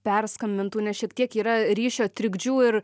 perskambintų nes šiek tiek yra ryšio trikdžių ir